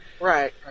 Right